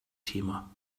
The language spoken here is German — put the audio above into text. thema